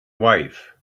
wife